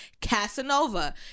Casanova